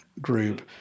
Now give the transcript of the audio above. Group